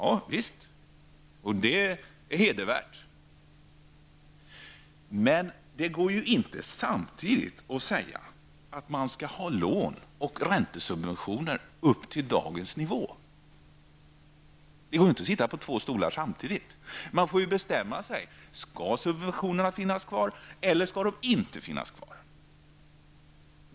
Javisst, det är hedervärt. Men det går inte att samtidigt säga att man skall ha lånen och räntesubventionerna upptill dagens nivå. Det går inte att sitta på två stolar samtidigt. Man får bestämma sig för om räntesubventionerna skall finnas kvar eller om de inte skall finnas kvar.